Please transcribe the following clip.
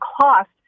cost